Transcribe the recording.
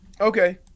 Okay